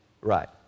right